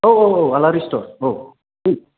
औ औ औ आलारि स्थिर औ उम